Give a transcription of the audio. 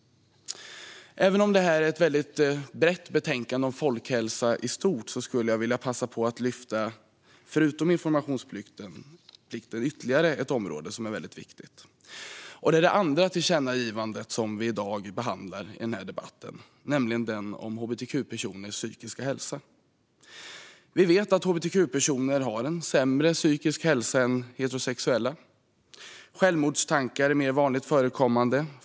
Detta är ett väldigt brett betänkande om folkhälsa i stort. Jag skulle vilja passa på att lyfta fram ytterligare ett område, förutom informationsplikten, som är väldigt viktigt. Det gäller det andra tillkännagivande som vi behandlar i den här debatten, nämligen det om hbtq-personers psykiska hälsa. Vi vet att hbtq-personer har en sämre psykisk hälsa än heterosexuella. Självmordstankar är mer vanligt förekommande.